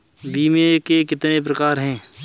बीमे के कितने प्रकार हैं?